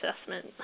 assessment